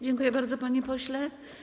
Dziękuję bardzo, panie pośle.